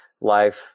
life